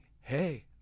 hey